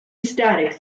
static